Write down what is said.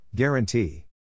Guarantee